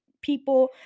people